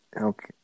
Okay